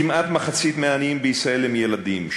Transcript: כמעט מחצית מהעניים בישראל הם ילדים.